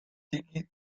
ttiki